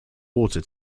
water